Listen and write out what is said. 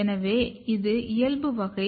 எனவே இது இயல்பு வகை